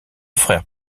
frère